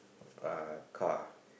ah car